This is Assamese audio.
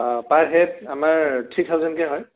অ' পাৰ হেড আমাৰ থ্ৰী থাউজেনকৈ হয়